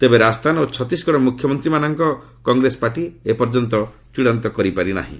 ତେବେ ରାଜସ୍ଥାନ ଓ ଛତିଶଗଡ ମୁଖ୍ୟମନ୍ତ୍ରୀମାନଙ୍କୁ କଂଗ୍ରେସ ପାର୍ଟି ଏପର୍ଯ୍ୟନ୍ତ ଚୂଡାନ୍ତ କରିନାହିଁ